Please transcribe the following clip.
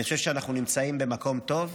אני חושב שאנחנו נמצאים במקום טוב.